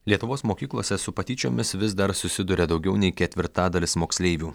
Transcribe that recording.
lietuvos mokyklose su patyčiomis vis dar susiduria daugiau nei ketvirtadalis moksleivių